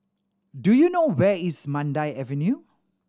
do you know where is Mandai Avenue